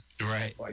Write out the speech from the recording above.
Right